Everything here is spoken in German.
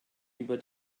über